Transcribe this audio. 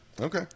Okay